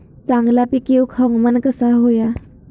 चांगला पीक येऊक हवामान कसा होया?